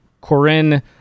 Corinne